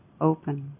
open